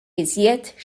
iżjed